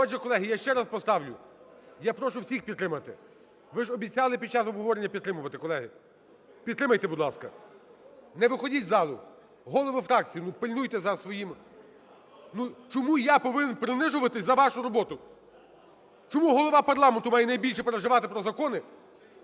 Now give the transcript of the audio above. Отже, колеги, я ще раз поставлю. Я прошу всіх підтримати. Ви ж обіцяли під час обговорення підтримувати, колеги. Підтримайте, будь ласка. Не виходіть з залу. Голови фракцій, ну, пильнуйте за своїм… Ну, чому я повинен принижуватись за вашу роботу? Чому голова парламенту має найбільше переживати про закони,